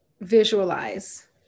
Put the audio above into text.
visualize